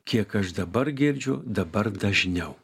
kiek aš dabar girdžiu dabar dažniau